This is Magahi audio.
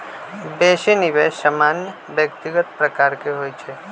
बेशी निवेश सामान्य व्यक्तिगत प्रकार के होइ छइ